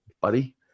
buddy